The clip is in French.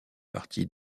partie